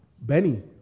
Benny